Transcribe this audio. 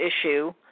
issue